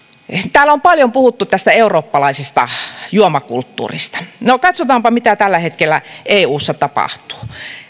täällä on paljon puhuttu tästä eurooppalaisesta juomakulttuurista no katsotaanpa mitä tällä hetkellä eussa tapahtuu